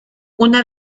una